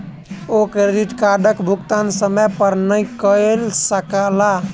ओ credit कार्डक भुगतान समय पर नै कय सकला